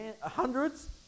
hundreds